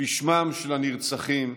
בשמם של הנרצחים,